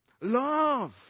Love